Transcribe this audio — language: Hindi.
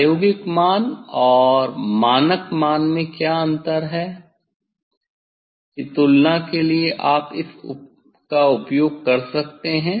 प्रायोगिक मान और मानक मान में क्या अंतर है की तुलना के लिए आप इस का उपयोग कर सकते हैं